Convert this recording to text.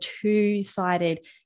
two-sided